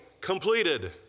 completed